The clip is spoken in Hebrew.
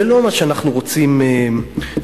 זה לא מה שאנחנו רוצים במדינה.